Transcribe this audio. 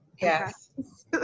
yes